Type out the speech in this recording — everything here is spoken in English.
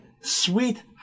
sweet